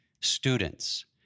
students